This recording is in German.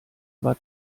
war